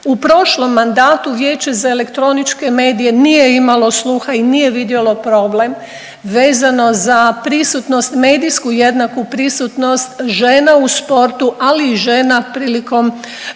U prošlom mandatu Vijeće za elektroničke medije nije imalo sluha i nije vidjelo problem vezano za prisutnost medijsku, jednaku prisutnost žena u sportu, ali i žena prilikom